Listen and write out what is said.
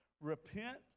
repent